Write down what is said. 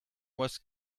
was